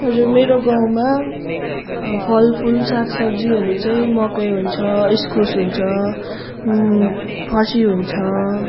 हजुर मेरो गाउँमा फलफुल साग सब्जीहरू चाहिँ मकै हुन्छ इस्कुस हुन्छ फर्सी हुन्छ